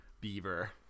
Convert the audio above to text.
beaver